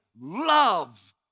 love